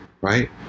right